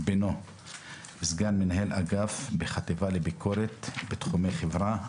סגן מנהל אגף בחטיבה לביקורת תחומי חברה.